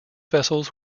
vessels